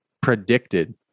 predicted